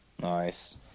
Nice